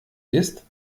ist